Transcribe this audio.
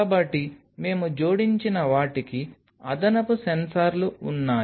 కాబట్టి మేము జోడించిన వాటికి అదనపు సెన్సార్లు ఉన్నాయి